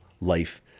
life